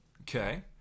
Okay